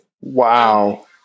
Wow